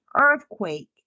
earthquake